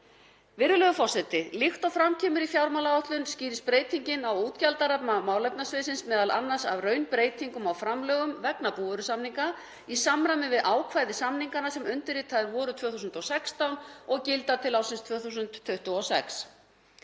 Virðulegur forseti. Líkt og fram kemur í fjármálaáætlun skýrist breytingin á útgjaldaramma málefnasviðsins m.a. af raunbreytingum á framlögum vegna búvörusamninga í samræmi við ákvæði samninganna sem undirritaðir voru 2016 og gilda til ársins 2026.